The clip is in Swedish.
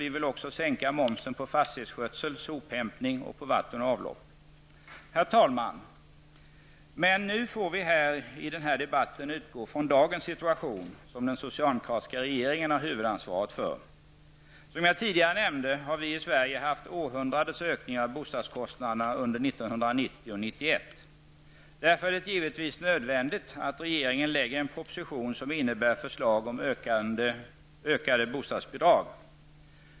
Vi vill också sänka momsen på fastighetsskötsel och sophämtning samt på vatten och avlopp. Herr talman! Men nu får vi i den här debatten utgå från dagens situation, som den socialdemokratiska regeringen bär huvudansvaret för. Som jag tidigare nämnde har vi i Sverige haft århundradets ökning av bostadskostnaderna under 1990 och 1991. Därför är det givetvis nödvändigt att regeringen lägger en proposition som innebär förslag om ökade bostadsbidrag.